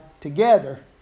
together